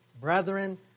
brethren